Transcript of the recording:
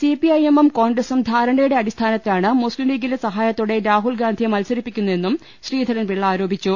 CPI എമ്മും കോൺഗ്രസും ധാരണയുടെ അടിസ്ഥാനത്തിലാണ് മുസ്ലിം ലീഗിന്റെ സഹായത്തോടെ രാഹുൽഗാന്ധിയെ മത്സരിപ്പിക്കുന്ന തെന്നും ശ്രീധരൻപിള്ള ആരോപിച്ചു